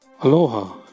Aloha